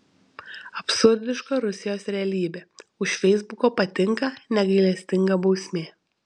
absurdiška rusijos realybė už feisbuko patinka negailestinga bausmė